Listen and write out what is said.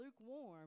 lukewarm